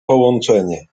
połączenie